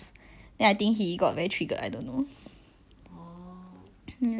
ya lah I think it's just the person very rude